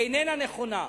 איננה נכונה.